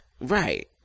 right